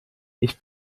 ich